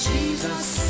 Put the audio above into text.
Jesus